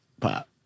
pop